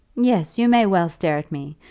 yes you may well stare at me.